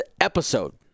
episode